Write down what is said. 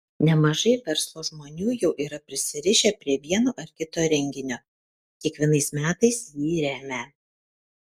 nemažai verslo žmonių jau yra prisirišę prie vieno ar kito renginio kiekvienais metais jį remią